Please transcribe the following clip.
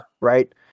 Right